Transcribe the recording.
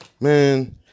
man